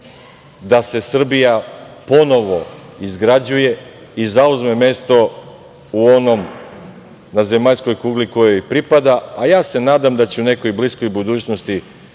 da se Srbija ponovo izgrađuje i zauzme mesto na zemaljskoj kugli koje joj pripada, a ja se nadam da će u nekoj bliskoj budućnosti